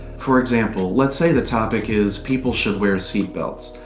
for example, let's say the topic is people should wear seatbelts.